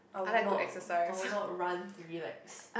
I'll not I'll not run to be like